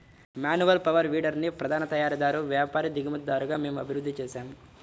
manual power వీడర్ని ప్రధాన తయారీదారు, వ్యాపారి, దిగుమతిదారుగా మేము అభివృద్ధి చేసాము